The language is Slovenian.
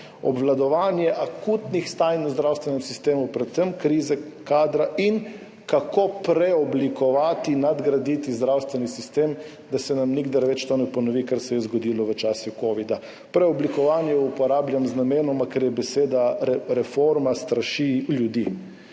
obvladovanje akutnih stanj v zdravstvenem sistemu, predvsem krize kadra, in kako preoblikovati, nadgraditi zdravstveni sistem, da se nam nikdar več ne ponovi to, kar se je zgodilo v času covida. Preoblikovanje uporabljam namenoma, ker beseda reforma straši ljudi.